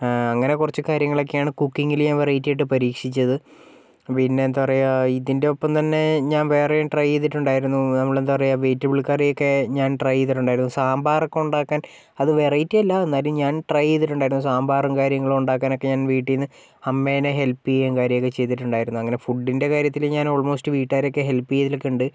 അങ്ങനെ കുറച്ച് കാര്യങ്ങളൊക്കെയാണ് കുക്കിങ്ങില് ഞാൻ വെറൈറ്റി ആയിട്ട് പരീക്ഷിച്ചത് പിന്നെ എന്താ പറയുക ഇതിന്റെയൊപ്പം തന്നെ ഞാൻ വേറെയും ട്രൈ ചെയ്തിട്ടുണ്ടായിരുന്നു നമ്മളു വെജിറ്റബിൾ കറി ഒക്കെ ഞാൻ ട്രൈ ചെയ്തിട്ടുണ്ടായിരുന്നു സാംബാർ ഒക്കെ ഉണ്ടാക്കാൻ അത് വെറൈറ്റി അല്ല എന്നാലും ഞാൻ ട്രൈ ചെയ്തിട്ടുണ്ടായിരുന്നു സാമ്പാറും കാര്യങ്ങളും ഉണ്ടാക്കാൻ ഒക്കെ ഞാൻ വീട്ടിൽ നിന്ന് അമ്മേനെ ഹെല്പ് ചെയ്യുകയും കാര്യങ്ങളുമൊക്കെ ഉണ്ടായിരുന്നു അങ്ങനെ ഫുഡിൻ്റെ ഞാൻ കാര്യത്തിൽ ഞാൻ വീട്ടുകാരെയൊക്കെ അൽമോസ്റ്റ് ഹെല്പ് ചെയ്യലൊക്കെയുണ്ട്